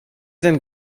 denn